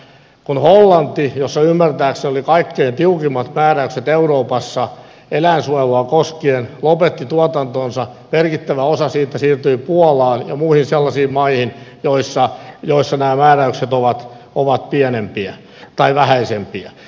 kun hollanti jossa ymmärtääkseni oli kaikkein tiukimmat määräykset euroopassa eläinsuojelua koskien lopetti tuotantonsa merkittävä osa siitä siirtyi puolaan ja muihin sellaisiin maihin joissa nämä määräykset ovat pienempiä tai vähäisempiä